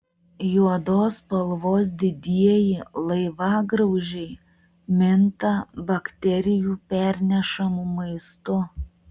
juodos spalvos didieji laivagraužiai minta bakterijų pernešamu maistu